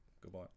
Goodbye